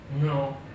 No